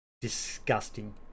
disgusting